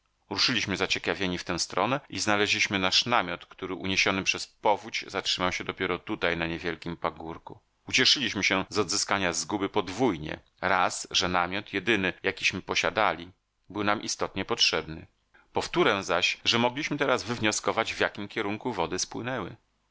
biały przedmiot ruszyliśmy zaciekawieni w tę stronę i znaleźliśmy nasz namiot który uniesiony przez powódź zatrzymał się dopiero tutaj na niewielkim pagórku ucieszyliśmy się z odzyskania zguby podwójnie raz że namiot jedyny jakiśmy posiadali był nam istotnie potrzebny powtóre zaś że mogliśmy teraz wywnioskować w jakim kierunku wody spłynęły